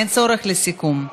אין צורך בסכום.